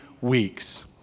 weeks